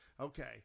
okay